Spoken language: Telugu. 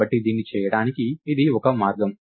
కాబట్టి దీన్ని చేయడానికి ఇది ఒక మార్గం